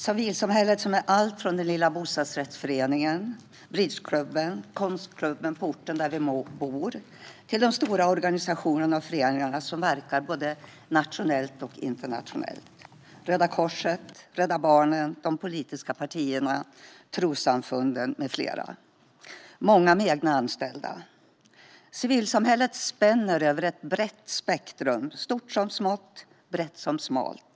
Civilsamhället är allt från den lilla bostadsrättsföreningen, bridgeklubben eller konstklubben på orten där vi bor till de stora organisationerna och föreningarna som verkar både nationellt och internationellt: Röda Korset, Rädda Barnen, de politiska partierna, trossamfunden med flera. Många av dessa har egna anställda. Civilsamhället spänner över ett brett spektrum - stort som smått, brett som smalt.